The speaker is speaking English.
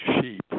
Sheep